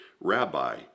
Rabbi